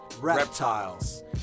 Reptiles